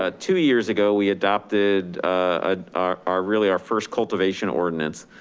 ah two years ago we adopted ah our our really our first cultivation ordinance.